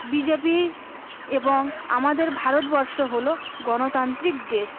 BJP এবং আমাদের ভারতবর্ষ হলো গণতান্ত্রিক দেশ